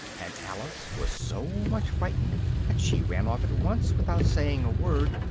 and alice was so much frightened that she ran off at once, without saying a word,